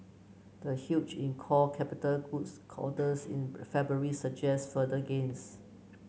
the huge in core capital goods in February suggests further gains